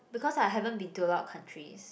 because I haven't been to a lot of countries